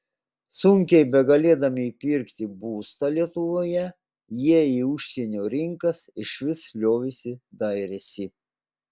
sunkiai begalėdami įpirkti būstą lietuvoje jie į užsienio rinkas išvis liovėsi dairęsi